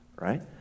right